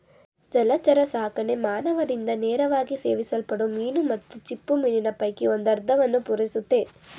ಜಲಚರಸಾಕಣೆ ಮಾನವರಿಂದ ನೇರವಾಗಿ ಸೇವಿಸಲ್ಪಡೋ ಮೀನು ಮತ್ತು ಚಿಪ್ಪುಮೀನಿನ ಪೈಕಿ ಒಂದರ್ಧವನ್ನು ಪೂರೈಸುತ್ತೆ